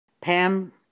Pam